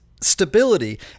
stability